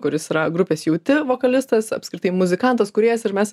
kuris yra grupės jauti vokalistas apskritai muzikantas kūrėjas ir mes